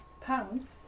pounds